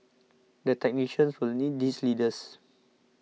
the technicians will need these leaders